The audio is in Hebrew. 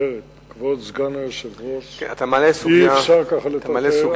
כבוד סגן היושב-ראש, אי-אפשר ככה לטרטר אנשים.